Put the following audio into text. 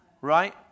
Right